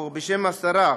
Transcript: בשם השרה,